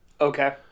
Okay